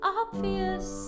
obvious